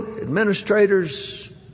administrators